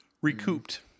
recouped